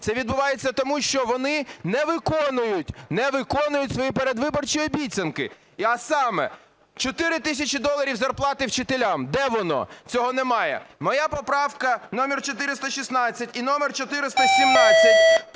це відбувається, тому що вони не виконують свої передвиборчі обіцянки, а саме – 4 тисячі доларів зарплати вчителям. Де воно? Цього немає. Моя поправка номер 416 і номер 417